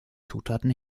zutaten